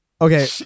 Okay